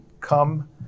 Come